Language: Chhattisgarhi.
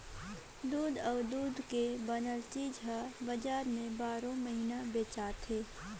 दूद अउ दूद के बनल चीज हर बजार में बारो महिना बेचाथे